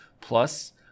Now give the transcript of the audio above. Plus